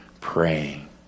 praying